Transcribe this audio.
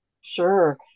Sure